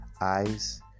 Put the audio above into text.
eyes